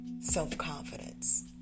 self-confidence